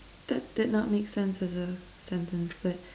that did not make sense as a sentence but